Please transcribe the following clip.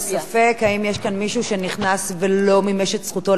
האם יש כאן מישהו שנכנס ולא מימש את זכותו להצביע?